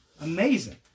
Amazing